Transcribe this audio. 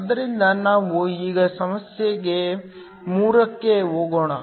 ಆದ್ದರಿಂದ ನಾವು ಈಗ ಸಮಸ್ಯೆ 3 ಕ್ಕೆ ಹೋಗೋಣ